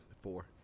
Four